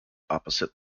opposite